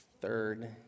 Third